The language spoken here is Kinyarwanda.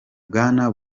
bwana